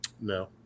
No